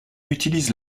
utilise